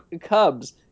cubs